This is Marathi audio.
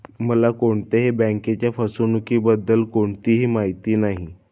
मला कोणत्याही बँकेच्या फसवणुकीबद्दल कोणतीही माहिती नाही